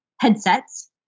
headsets